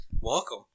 Welcome